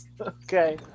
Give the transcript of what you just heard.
Okay